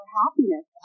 happiness